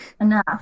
enough